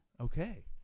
okay